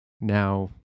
Now